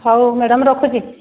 ହଉ ମ୍ୟାଡ଼ାମ୍ ରଖୁଛି